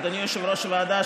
אדוני יושב-ראש הוועדה,